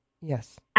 Yes